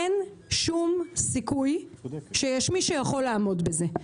אין שום סיכוי שיש מי שיכול לעמוד בזה.